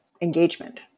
engagement